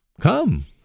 Come